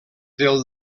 del